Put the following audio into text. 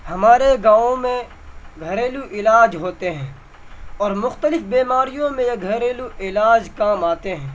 ہمارے گاؤں میں گھریلو علاج ہوتے ہیں اور مختلف بیماریوں میں یہ گھریلو علاج کام آتے ہیں